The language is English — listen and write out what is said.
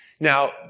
Now